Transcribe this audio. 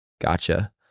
Gotcha